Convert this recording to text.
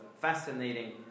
fascinating